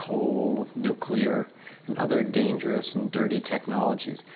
coal, nuclear and other dangerous and dirty technologies,